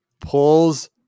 pulls